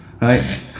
Right